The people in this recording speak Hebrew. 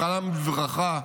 זכרם לברכה,